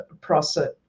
process